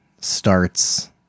starts